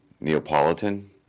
Neapolitan